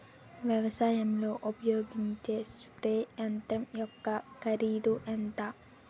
వ్యవసాయం లో ఉపయోగించే స్ప్రే యంత్రం యెక్క కరిదు ఎంత?